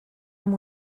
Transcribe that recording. amb